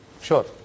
Sure